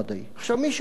עכשיו, מי שאומר: